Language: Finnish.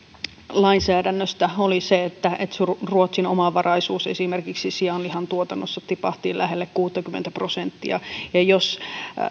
lainsäädännöstä oli se että että ruotsin omavaraisuus esimerkiksi sianlihan tuotannossa tipahti lähelle kuuttakymmentä prosenttia ja jos